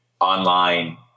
online